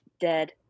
Dead